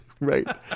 Right